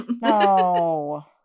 no